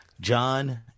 John